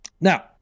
Now